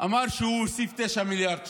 אמר שהוא הוסיף 9 מיליארד שקל.